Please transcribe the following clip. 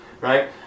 right